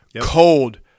Cold